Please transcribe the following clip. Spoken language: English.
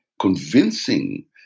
convincing